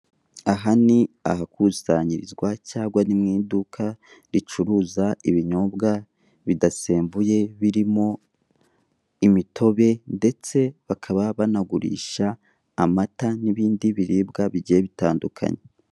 Aha ni ahakusanyirizwa cyangwa ni mu iduka ricuruza ibinyobwa bidasembuye, birimo imitobe ndetse bakaba banagurisha amata n'ibindi biribwa bigiye bitandukanye.